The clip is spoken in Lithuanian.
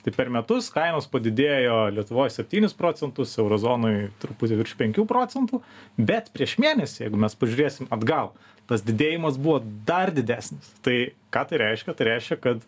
tai per metus kainos padidėjo lietuvoj septynis procentus euro zonoj truputį virš penkių procentų bet prieš mėnesį jeigu mes pažiūrėsim atgal tas didėjimas buvo dar didesnis tai ką tai reiškia tai reiškia kad